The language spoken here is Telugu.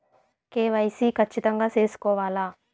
కె.వై.సి ఖచ్చితంగా సేసుకోవాలా